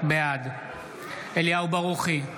בעד אליהו ברוכי,